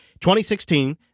2016